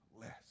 less